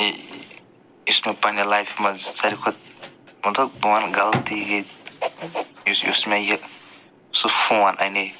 یہِ یُس مےٚ پنٛنہِ لایفہِ منٛز ساروٕے کھۄتہٕ مطلب بہٕ ون غلطی یُس یُس مےٚ یہِ سُہ فون اَنَے